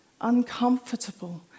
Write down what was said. uncomfortable